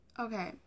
Okay